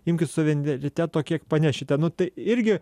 imkite suvereniteto kiek panešite nu tai irgi